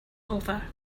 over